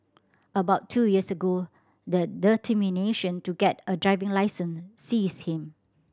about two years ago the determination to get a driving licence seized him